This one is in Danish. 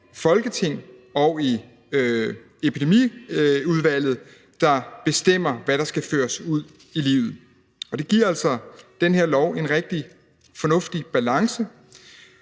Folketing og i et epidemiudvalg, der bestemmer, hvad der skal føres ud i livet. Og det giver altså den her lov en rigtig fornuftig balance